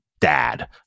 dad